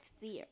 fear